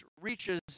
reaches